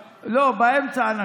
לא, אנחנו באמצע.